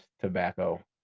tobacco